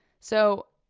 so,